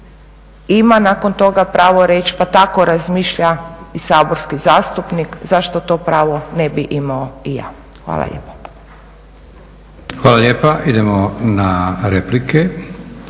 ima nakon toga pravo reći pa tako razmišlja i saborski zastupnik zašto to pravo ne bih imao i ja? Hvala lijepa. **Leko, Josip (SDP)** Hvala lijepa. Idemo na replike.